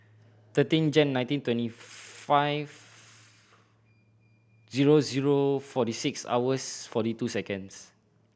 thirteen Jan nineteen twenty five zero zero forty six hours forty two seconds